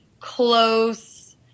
close